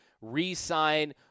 re-sign